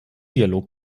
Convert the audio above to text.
dialog